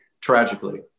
tragically